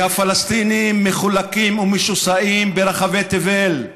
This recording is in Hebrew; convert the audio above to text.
כי הפלסטינים מחולקים ומשוסעים ברחבי תבל,